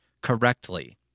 Correctly